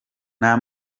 nta